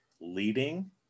leading